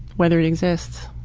whether it exists.